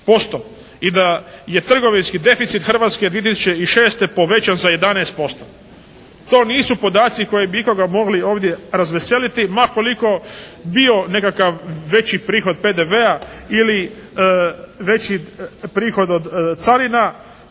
I da je trgovinski deficit Hrvatske 2006. povećan za 11%. To nisu podaci koji bi ikoga mogli ovdje razveseliti ma koliko bio nekakav veći prihod PDV-a ili veći prihod od carina.